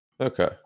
okay